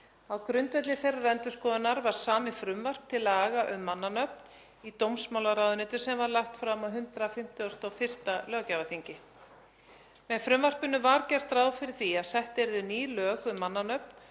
Á grundvelli þeirrar endurskoðunar var samið frumvarp til laga um mannanöfn í dómsmálaráðuneytinu sem var lagt fram á 151. löggjafarþingi. Með frumvarpinu var gert ráð fyrir því að sett yrðu ný lög um mannanöfn